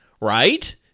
Right